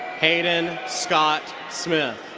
hayden scott smith.